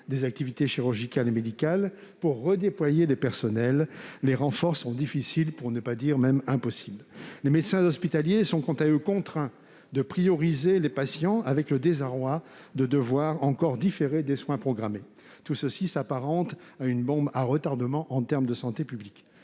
des activités chirurgicales et médicales pour redéployer des personnels. Les renforts sont difficiles, pour ne pas dire même impossibles. Les médecins hospitaliers sont quant à eux contraints de prioriser les patients, avec le désarroi de devoir encore différer des soins programmés. Tout cela s'apparente à une bombe à retardement en termes de santé publique.